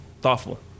thoughtful